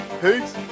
Peace